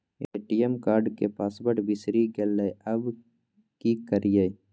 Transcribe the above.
ATM card के password बिसरि गेलियै आबय की करियै?